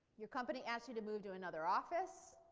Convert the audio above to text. your company asks you to move to another office.